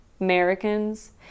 Americans